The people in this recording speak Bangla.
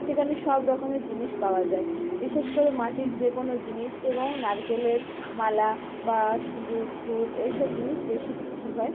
সেখানে সবরকমের জিনিস পাওয়া যায় বিশেষ করে মাটির যে কোনও জিনিস এবং নারকেলের মালা বা সিঁদুর ধূপ এইসব জিনিস বেশি বিক্রি হয়